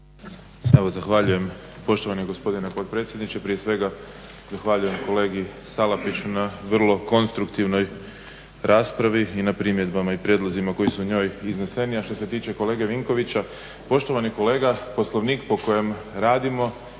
Evo zahvaljujem poštovani gospodine potpredsjedniče. Prije svega zahvaljujem kolegi Salapiću na vrlo konstruktivnoj raspravi i na primjedbama i prijedlozima koji su u njoj izneseni. A što se tiče kolege Vinkovića, poštovani kolega Poslovnik po kojem radimo